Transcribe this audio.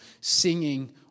singing